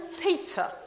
Peter